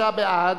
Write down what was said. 43 בעד,